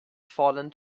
fallen